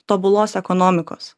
tobulos ekonomikos